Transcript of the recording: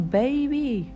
baby